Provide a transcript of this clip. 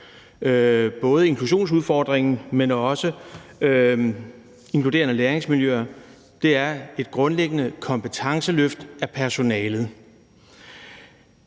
både inklusionsudfordringen, men også styrkelsen af de inkluderende læringsmiljøer, skal foretages et grundlæggende kompetenceløft af personalet.